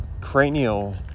cranial